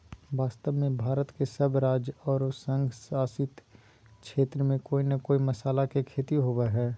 वास्तव में भारत के सब राज्य आरो संघ शासित क्षेत्र में कोय न कोय मसाला के खेती होवअ हई